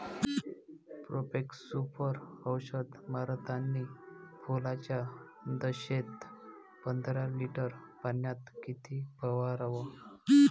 Profex Super औषध मारतानी फुलाच्या दशेत पंदरा लिटर पाण्यात किती फवाराव?